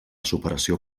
superació